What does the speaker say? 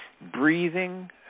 breathing